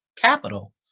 capital